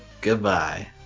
Goodbye